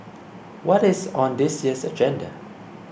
what is on this year's agenda